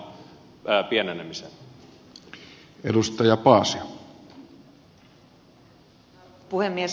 arvoisa puhemies